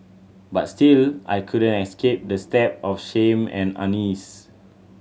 but still I couldn't escape the stab of shame and unease